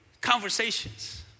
Conversations